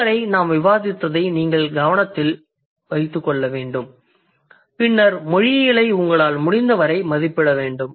இதுவரை நாம் விவாதித்ததை நீங்கள் நினைவில் வைத்துக் கொள்ள வேண்டும் பின்னர் மொழியியலை உங்களால் முடிந்தவரை மதிப்பிட வேண்டும்